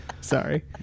Sorry